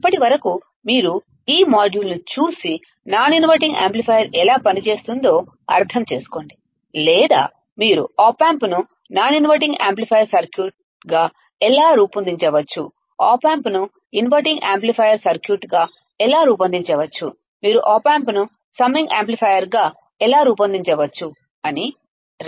అప్పటి వరకు మీరు ఈ మాడ్యూల్ను చూసి నాన్ ఇన్వర్టింగ్ యాంప్లిఫైయర్ ఎలా పనిచేస్తుందో అర్థం చేసుకోండి లేదా మీరు ఆప్ ఆంప్ ను నాన్ ఇన్వర్టింగ్ యాంప్లిఫైయర్ సర్క్యూట్గా ఎలా రూపొందించవచ్చు ఆప్ ఆంప్ ను ఇన్వర్టింగ్ యాంప్లిఫైయర్ సర్క్యూట్గా ఎలా రూపొందించవచ్చు మీరు ఆప్ ఆంప్ ను సమ్మింగ్ యాంప్లిఫైయర్ గా ఎలా రూపొందించవచ్చో అర్ధం చేసుకోండి